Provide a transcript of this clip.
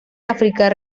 áfrica